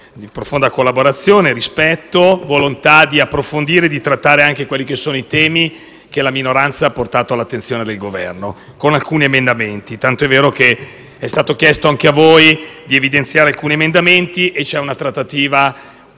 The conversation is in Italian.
di profonda collaborazione, di rispetto e di volontà di approfondire e trattare i temi che la minoranza ha portato all'attenzione del Governo con alcuni emendamenti, tant'è vero che è stato chiesto anche a voi di evidenziarne alcuni. C'è una trattativa